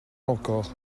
encore